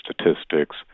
statistics